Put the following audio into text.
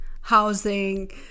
housing